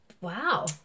Wow